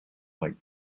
like